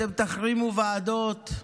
אתם תחרימו ועדות,